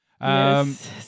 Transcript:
Yes